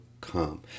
come